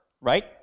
right